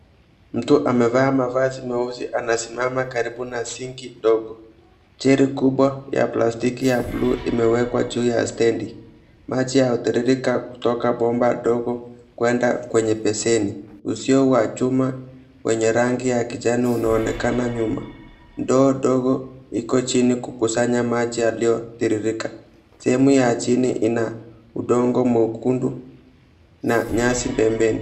Mtu amevaa mavazi meusi anasimama karibu na sinki dogo. Jeri kubwa ya plastiki ya blue imewekwa juu ya stendi. Maji yanatiririka kutoka bomba dogo kwenda kwenye beseni. Uzio wa chuma wenye rangi ya kijani unaonekana nyuma. Ndoo dogo iko chini kukusanya maji yaliyotiririka. Sehemu ya chini ina udongo mwekundu na nyasi pembeni.